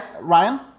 Ryan